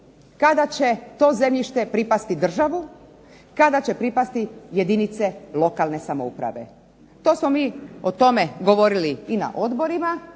kada će to zemljište pripasti državu, kada će pripasti jedinice lokalne samouprave. To smo mi o tome govorili i na odborima